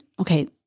okay